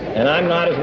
and i'm not as